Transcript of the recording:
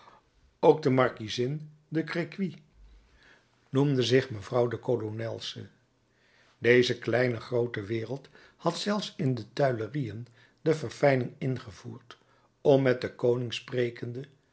ook de markiezin de crequi noemde zich mevrouw de kolonelse deze kleine groote wereld had zelfs in de tuilerieën de verfijning ingevoerd om met den koning sprekende